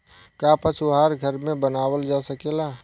का पशु आहार घर में बनावल जा सकेला?